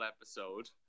episode